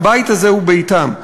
שהבית הזה הוא ביתם.